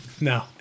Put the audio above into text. no